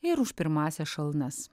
ir už pirmąsias šalnas